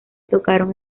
tocaron